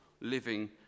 living